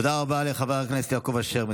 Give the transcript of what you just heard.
תודה רבה לחבר הכנסת יעקב אשר,